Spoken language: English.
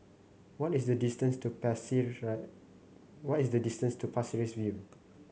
what is the distance to what is the distance to Pasir Ris View